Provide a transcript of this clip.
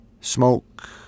Smoke